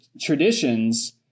traditions